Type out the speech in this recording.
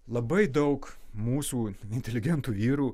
labai daug mūsų inteligentų vyrų